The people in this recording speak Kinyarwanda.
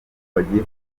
bagiye